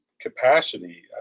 capacity